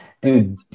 dude